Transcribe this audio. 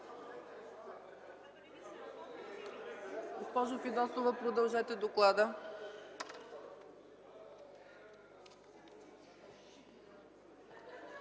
Госпожо Фидосова, продължете доклада.